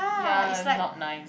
ya it's not nice